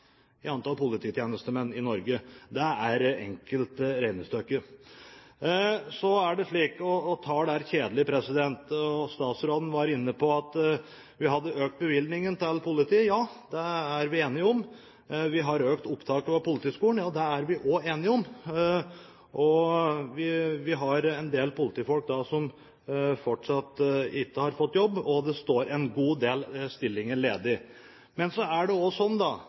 i antall polititjenestemenn i Norge. Det er et enkelt regnestykke. Så er det slik – og tall er kjedelig – at statsråden var inne på at vi hadde økt bevilgningen til politiet. Ja, det er vi enige om. Vi har økt opptaket på Politihøgskolen. Det er vi også enige om. Vi har en del politifolk som fortsatt ikke har fått jobb, og det står en god del stillinger ledig. Men så er det også sånn,